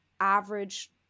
average